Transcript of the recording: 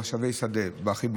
למשאבי שדה.